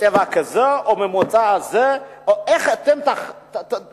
בצבע כזה או ממוצא כזה, מה ההבדל